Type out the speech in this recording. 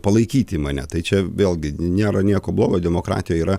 palaikyti mane tai čia vėlgi nėra nieko blogo demokratija yra